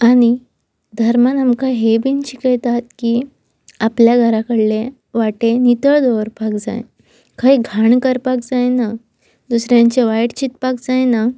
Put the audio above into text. आनी धर्मान आमकां हे बीन शिकयतात की आपल्या घरा कडलें वाटे नितळ दवरपाक जाय खांय घाण करपाक जायना दुसऱ्यांचे वायट चिंतपाक जायना